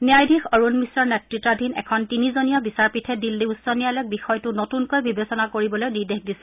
ন্যায়াধীশ অৰুণ মিশ্ৰৰ নেত্ৰতাধীন এখন তিনিজনীয়া বিচাৰপীঠে দিল্লী উচ্চ ন্যায়ালয়ক বিষয়টো নতুনকৈ বিবেচনা কৰিবলৈ নিৰ্দেশ দিছে